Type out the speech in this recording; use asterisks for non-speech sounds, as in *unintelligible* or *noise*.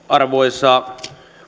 *unintelligible* arvoisa